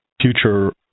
future